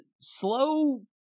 slow